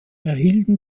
erhielten